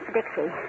Dixie